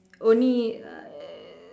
only err